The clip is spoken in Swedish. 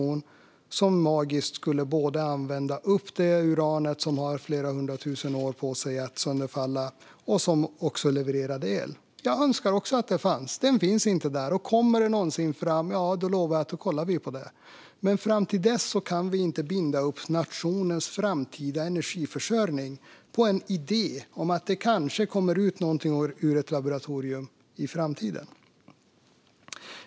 Jag önskar också att det fanns något som magiskt skulle använda upp det uran som tar flera hundra tusen år på sig att sönderfalla och som också skulle leverera el. Det finns inte nu. Om det kommer, ja, då lovar jag att vi ska kolla på det. Men fram till dess kan vi inte binda upp nationens framtida energiförsörjning på en idé om att det kanske kommer ut något ur ett laboratorium i framtiden.